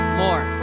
more